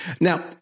Now